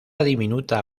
diminuta